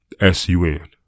S-U-N